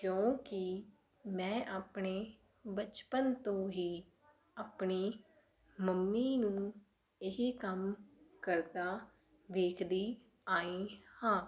ਕਿਉਂਕਿ ਮੈਂ ਆਪਣੇ ਬਚਪਨ ਤੋਂ ਹੀ ਆਪਣੀ ਮੰਮੀ ਨੂੰ ਇਹ ਕੰਮ ਕਰਦਾ ਵੇਖਦੀ ਆਈ ਹਾਂ